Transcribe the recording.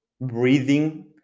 breathing